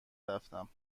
رفتم